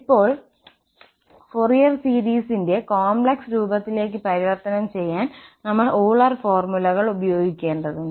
ഇപ്പോൾ ഫോറിയർ സീരീസിന്റെ കോംപ്ലക്സ് രൂപത്തിലേക്ക് പരിവർത്തനം ചെയ്യാൻ നമ്മൾ Euler ഫോർമുലകൾ ഉപയോഗിക്കേണ്ടതുണ്ട്